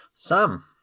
Sam